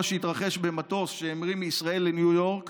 שהתרחש במטוס שהמריא מישראל לניו יורק